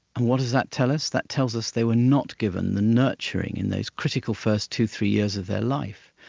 and what does that tell us? that tells us they were not given the nurturing in those critical first two or three years of their life,